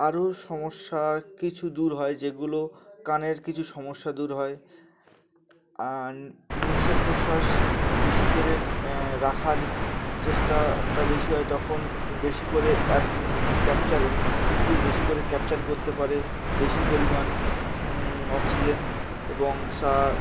আরও সমস্যার কিছু দূর হয় যেগুলো কানের কিছু সমস্যা দূর হয় নিঃশ্বাস প্রশ্বাস বেশি করে রাখার চেষ্টাটা বেশি হয় তখন বেশি করে ক্যাপচার মানে ফুসফুস বেশি করে ক্যাপচার করতে পারে বেশি পরিমাণ অক্সিজেন এবং স